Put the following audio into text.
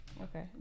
Okay